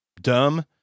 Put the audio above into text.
dumb